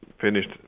finished